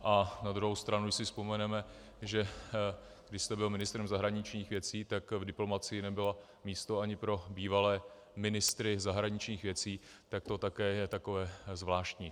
A na druhou stranu si vzpomeneme, že když jste byl ministrem zahraničních věcí, tak v diplomacii nebylo místo ani pro bývalé ministry zahraničních věcí, tak to také je takové zvláštní.